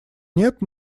нет